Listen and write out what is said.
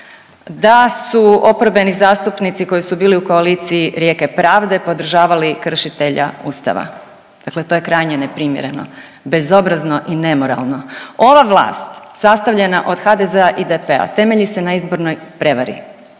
da su oporbeni zastupnici koji su bili u koaliciji Rijeke pravde, podržavali kršitelja Ustava. Dakle to je krajnje neprimjereno, bezobrazno i nemoralno. Ova vlast sastavljena od HDZ-a i DP-a, temelji se na izbornoj prevari.